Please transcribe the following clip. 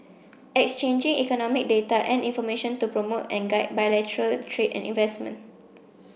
exchanging economic data and information to promote and guide bilateral trade and investment